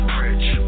rich